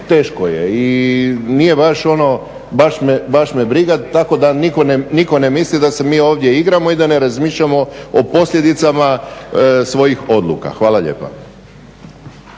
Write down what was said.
teško je. I nije baš ono baš me briga tako da nitko ne misli da se mi ovdje igramo i da ne razmišljamo o posljedicama svojih odluka. Hvala lijepa.